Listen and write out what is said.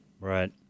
Right